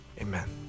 Amen